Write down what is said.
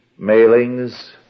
mailings